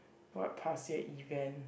what past year event